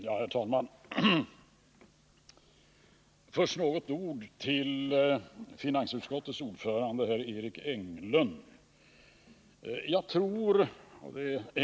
Herr talman! Först några ord till finansutskottets ordförande Eric Enlund.